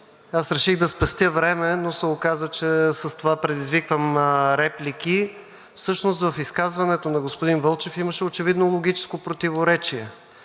Аз реших да спестя време, но се оказа, че с това предизвиквам реплики. Всъщност в изказването на господин Вълчев имаше очевидно логическо противоречие.